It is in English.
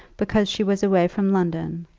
because she was away from london,